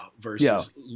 versus